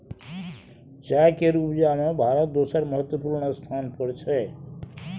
चाय केर उपजा में भारत दोसर महत्वपूर्ण स्थान पर छै